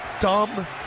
dumb